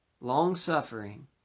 Long-suffering